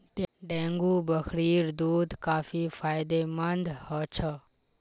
dengue बकरीर दूध काफी फायदेमंद ह छ